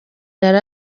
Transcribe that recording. yari